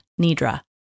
Nidra